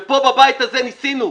ופה בבית הזה ניסינו.